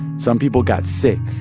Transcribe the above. some people got sick.